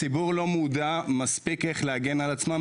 תודה רבה ליושב ראש הוועדה על שאתה נותן לי